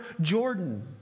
Jordan